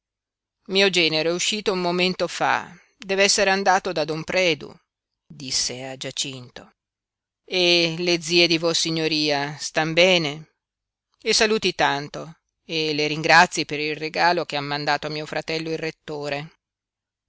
mio genero è uscito un momento fa dev'essere andato da don predu disse a giacinto e le zie di vossignoria stan bene le saluti tanto e le ringrazi per il regalo che han mandato a mio fratello il rettore